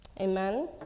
Amen